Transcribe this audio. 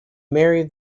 marry